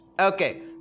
Okay